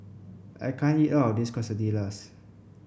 I can't eat all of this Quesadillas